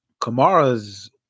Kamara's